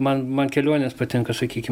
man man kelionės patinka sakykim